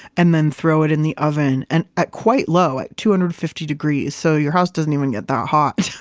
and then throw it in the oven and at quite low at two hundred and fifty degrees. so your house doesn't even get that hot,